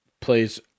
plays